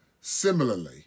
Similarly